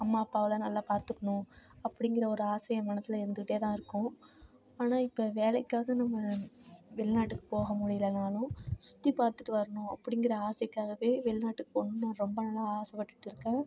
அம்மா அப்பாவலாம் நல்லா பார்த்துக்கணும் அப்படிங்கிற ஒரு ஆசை ஏன் மனசில் இருந்துக்கிட்டே தான் இருக்கும் ஆனால் இப்போ வேலைக்காக நம்ம வெளிநாட்டுக்கு போக முடியலனாலும் சுற்றி பார்த்துட்டு வரணும் அப்படிங்கிற ஆசைக்காகவே வெளிநாட்டுக்கு போகணுன்னு நான் ரொம்ப நாளாக ஆசைப்பட்டுட்ருக்கேன்